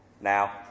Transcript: Now